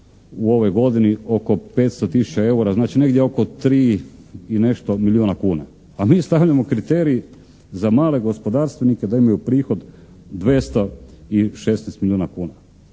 u ovoj godini, oko 500 tisuća eura. Znači, negdje oko 3 i nešto milijuna kuna, a mi stavljamo kriterij za male gospodarstvenike da imaju prihod 216 milijuna kuna.